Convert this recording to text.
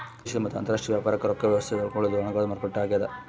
ದೇಶದ ಮತ್ತ ಅಂತರಾಷ್ಟ್ರೀಯ ವ್ಯಾಪಾರಕ್ ರೊಕ್ಕ ವ್ಯವಸ್ತೆ ನೋಡ್ಕೊಳೊದು ಹಣದ ಮಾರುಕಟ್ಟೆ ಆಗ್ಯಾದ